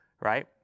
right